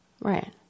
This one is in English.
right